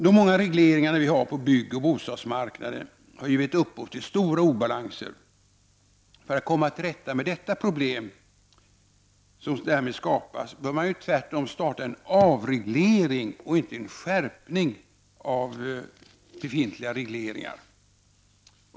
De många regleringar som vi har på byggoch bostadsmarknaden har givit upphov till stora obalanser. För att komma till rätta med de problem som därmed skapats bör man tvärtom påbörja en avreglering och inte skärpa befintliga regleringar.